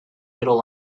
middle